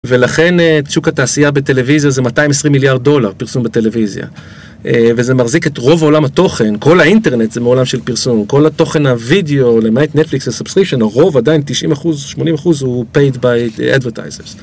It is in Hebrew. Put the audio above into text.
ולכן את שוק התעשייה בטלוויזיה זה 220 מיליארד דולר, פרסום בטלוויזיה. וזה מחזיק את רוב עולם התוכן, כל האינטרנט זה מעולם של פרסום, כל התוכן הווידאו למעט נטפליקס וסאבסטרישן, הרוב עדיין 90 אחוז, 80 אחוז הוא פייד באדוורטייזרס.